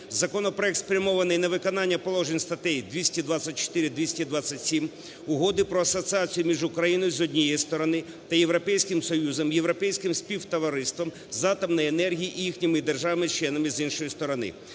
Законопроект спрямований на виконання положень статей 224, 227 Угоди про асоціацію між Україною, з однієї сторони, та Європейським Союзом, Європейським Співтовариством з атомної енергії і їхніми державами-членами, з іншої сторони.